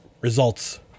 results